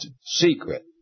secret